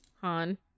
Han